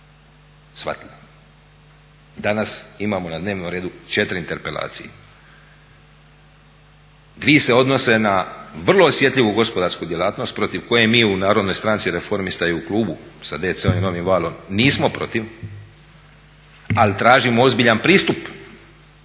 shvatili. Danas imamo na dnevnom redu 4 interpelacije. 2 se odnose na vrlo osjetljivu gospodarsku djelatnost protiv koje mi u Narodnoj stranci reformista i u klubu sa DC-om i Novim valom nismo protiv ali tražimo ozbiljan pristup